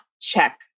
check